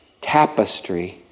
tapestry